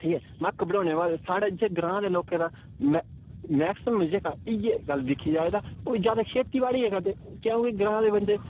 ठीक ऐ मक्क बड़ोने बाद साढे इ'यै ग्रांऽ दे लोकें दा मैक्सीमम जेह्का इ'यै गल्ल दिक्खी जाए तां ओह् जादा खेती बाड़ी गै करदे क्योंकि ग्रांऽ दे बन्दे